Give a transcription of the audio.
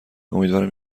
امیدوارم